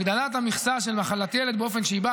הגדלת המכסה של מחלת ילד באופן שהיא באה